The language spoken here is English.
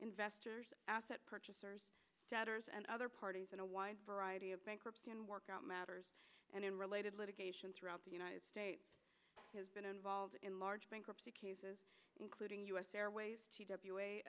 investors asset purchasers debtors and other parties in a wide variety of bankruptcy and workout matters and in related litigation throughout the united states has been involved in large bankruptcy cases including u s airways t